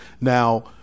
Now